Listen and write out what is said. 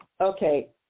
Okay